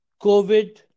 COVID